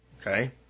Okay